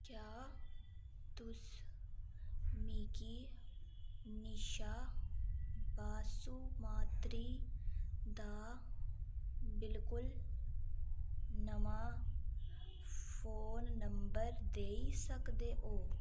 क्या तुस मिगी निशा बासुमात्री दा बिल्कुल नमां फोन नंबर देई सकदे ओ